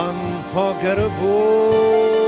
Unforgettable